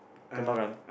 Kembangan